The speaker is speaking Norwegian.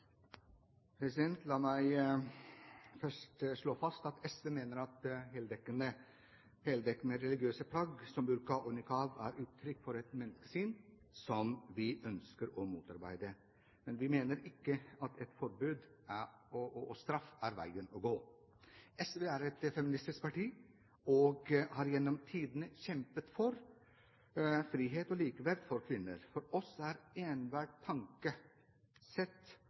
La meg først slå fast at SV mener at heldekkende religiøse plagg, som burka og niquab, er uttrykk for et menneskesyn som vi ønsker å motarbeide. Men vi mener ikke at forbud og straff er veien å gå. SV er et feministisk parti, og har gjennom tidene kjempet for frihet og likeverd for kvinner. For oss er enhver tanke